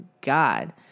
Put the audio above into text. God